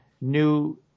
new